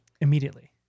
immediately